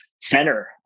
center